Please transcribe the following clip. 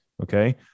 Okay